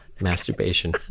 masturbation